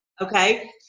okay